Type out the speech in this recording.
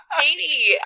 Katie